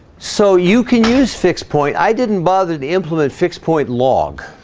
so you can use fixed point i didn't bother to implement fixed point log